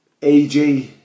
AJ